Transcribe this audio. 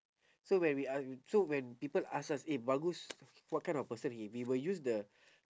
so when we a~ so when people ask us eh bagus what kind of person he we will use the